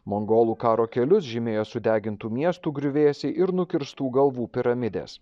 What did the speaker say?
mongolų karo kelius žymėjo sudegintų miestų griuvėsiai ir nukirstų galvų piramidės